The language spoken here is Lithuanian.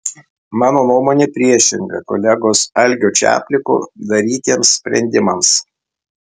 mano nuomonė priešinga kolegos algio čapliko darytiems sprendimams